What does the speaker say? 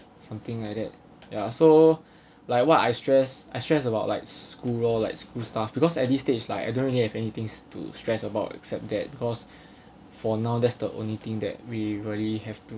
something like that ya so like what I stress I stress about like school lor like school stuff because at this stage like I don't really have anything to stressed about except that cause for now that's the only thing that we really have to